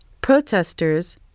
Protesters